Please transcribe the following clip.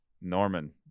norman